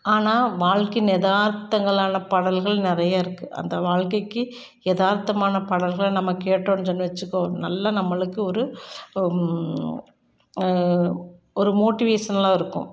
ஆனால் வாழ்க்கையின் எதார்த்தங்கள்னால் பாடல்கள் நிறைய இருக்குது அந்த வாழ்க்கைக்கு எதார்த்தமான பாடல்களை நம்ம கேட்டோம்னு சொல்லி வச்சுக்கோ நல்லா நம்மளுக்கு ஒரு ஒரு மோட்டிவேஷ்னலாக இருக்கும்